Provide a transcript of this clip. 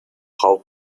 how